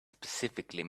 specifically